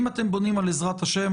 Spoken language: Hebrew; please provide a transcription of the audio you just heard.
כמו שאמר ראש מועצת זכרון יעקב,